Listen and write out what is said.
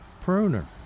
pruner